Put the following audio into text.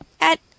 At